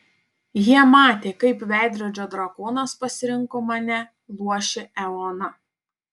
jie matė kaip veidrodžio drakonas pasirinko mane luošį eoną